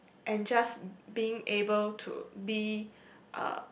and just being able to be uh